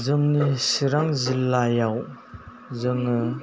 जोंनि चिरां जिल्लायाव जोङो